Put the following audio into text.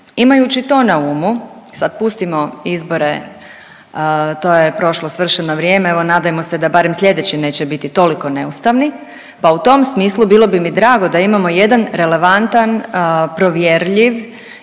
Imaju to na umu, sad pustimo izbore, to je prošlo svršeno vrijeme, evo, nadajmo se da barem sljedeći neće biti toliko neustavni, pa u tom smislu bilo bi mi drago da imamo jedan relevantan, provjerljiv